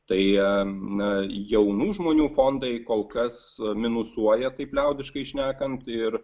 tai na jaunų žmonių fondai kol kas minusuoja taip liaudiškai šnekant ir